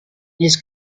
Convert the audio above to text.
his